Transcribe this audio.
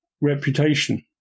reputation